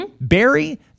Barry